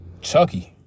Chucky